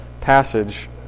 passage